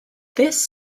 this